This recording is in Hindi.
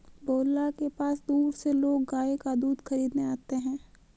भोला के पास दूर से लोग गाय का दूध खरीदने आते हैं